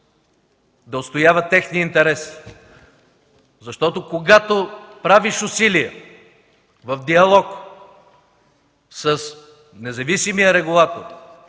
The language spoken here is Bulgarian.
да отстоява техния интерес. Защото, когато правиш усилия в диалог с независимия регулатор